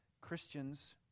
Christians